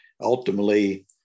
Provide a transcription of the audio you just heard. ultimately